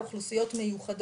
הוא אוכלוסיות מיוחדות,